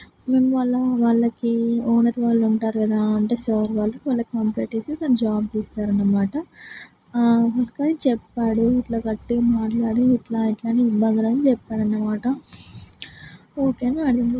మేము మనం వాళ్ళకి ఓనర్ వాళ్ళు ఉంటారు కదా అంటే సో వాళ్ళు వాళ్ళకి కంప్లైంట్ ఇస్తే తన జాబ్ తీసేశారు అనమాట ఇట్లని చెప్పాడు గట్టిగా మాట్లాడి అట్లా ఎట్లా ఉండాలని చెప్పామన్నమాట ఓకే అని వాడన్నాడు